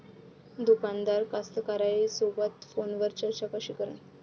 दुकानदार कास्तकाराइसोबत फोनवर चर्चा कशी करन?